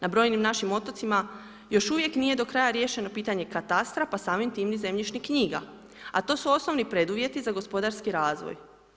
Na brojnim našim otocima još uvijek nije do kraja riješeno pitanje katastra, pa samim time ni zemljišnih knjiga, a to su osnovni preduvjeti za gospodarski razvoj.